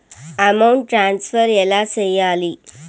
amount transfer ఎలా సేయాలి